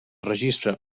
registre